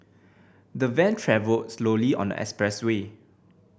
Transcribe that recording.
the van travelled slowly on the expressway